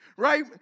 Right